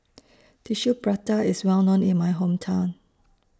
Tissue Prata IS Well known in My Hometown